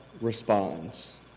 responds